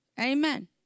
Amen